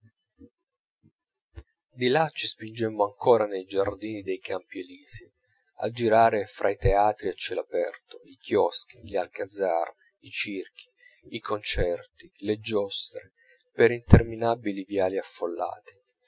là ci spingemmo ancora nei giardini dei campi elisi a girare fra i teatri a cielo aperto i chioschi gli alcazar i circhi i concerti le giostre per interminabili viali affollati